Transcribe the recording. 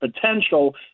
potential